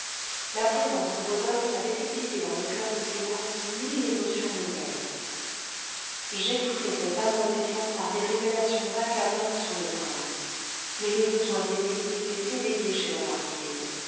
la présence de rodolphe avait excité dans le coeur de clémence mille émotions nouvelles j'étouffai cet amour naissant par des révélations accablantes sur le prince mais le besoin d'aimer était éveillé chez la marquise